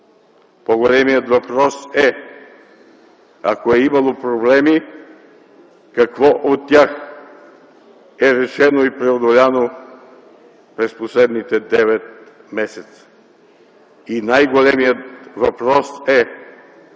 По-големият въпрос е, ако е имало проблеми, какво от тях е решено и преодоляно през последните девет месеца? И най-големият въпрос е